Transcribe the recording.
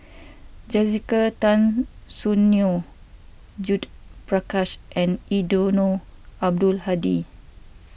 Jessica Tan Soon Neo Judith Prakash and Eddino Abdul Hadi